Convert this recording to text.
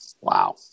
wow